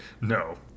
No